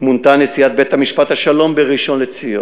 מונתה נשיאת בית-משפט השלום בראשון-לציון,